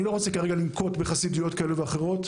אני לא רוצה כרגע לנקוב בשמות של חסידויות כאלה ואחרות,